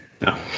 No